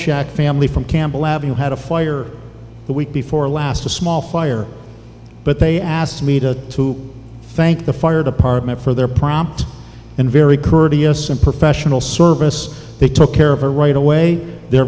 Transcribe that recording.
shack family from campbell having had a fire the week before last a small fire but they asked me to to thank the fire department for their prompt and very courteous and professional service they took care of her right away they're